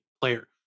player